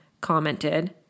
commented